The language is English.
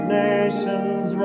nations